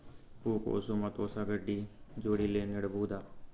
ಹೂ ಕೊಸು ಮತ್ ಕೊಸ ಗಡ್ಡಿ ಜೋಡಿಲ್ಲೆ ನೇಡಬಹ್ದ?